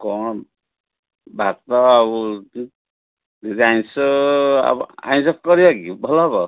କ'ଣ ଭାତ ଆଉ ରୁଟି ନିରାମିଷ ଆଉ ଆଇଁଷ କରିବା କି ଭଲ ହେବ